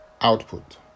output